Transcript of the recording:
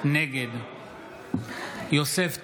נגד יוסף טייב,